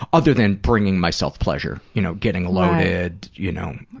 other than bringing myself pleasure. you know, getting loaded, you know,